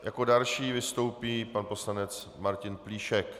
Jako další vystoupí pan poslanec Martin Plíšek.